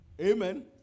Amen